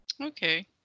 Okay